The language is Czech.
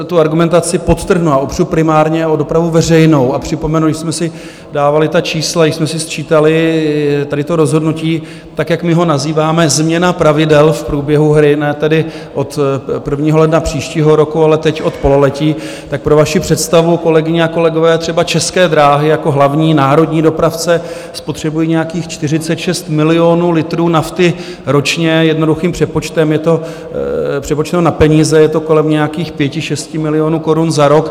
Tu argumentaci podtrhnu a opřu primárně o dopravu veřejnou a připomenu, že jsme si dávali ta čísla, když jsme si sčítali tady to rozhodnutí, tak jak my ho nazýváme změna pravidel v průběhu hry, ne tedy od 1. ledna příštího roku, ale teď od pololetí, tak pro vaši představu, kolegyně a kolegové, třeba České dráhy jako hlavní národní dopravce spotřebují nějakých 46 milionů litrů nafty ročně, jednoduchým přepočtem přepočteno na peníze je to kolem nějakých 56 milionů korun za rok.